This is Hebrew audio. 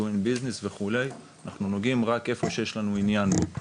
אנחנו נוגעים רק איפה שיש לנו עניין בו.